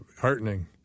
heartening